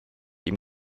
ihm